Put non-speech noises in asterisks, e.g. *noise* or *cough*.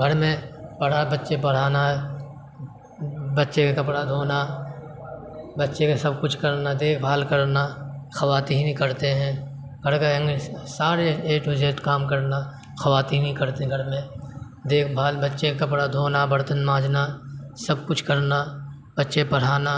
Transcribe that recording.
گھر میں پڑا بچے پڑھانا بچے کا کپڑا دھونا بچے کا سب کچھ کرنا دیکھ بھال کرنا خواتین ہی کرتے ہیں گھر کا *unintelligible* سارے اے ٹو جیٹ کام کرنا خواتین ہی کرتے ہیں گھر میں دیکھ بھال بچے کا کپڑا دھونا برتن مانجنا سب کچھ کرنا بچے پڑھانا